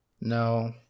No